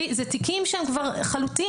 אלה תיקים שהם חלוטים.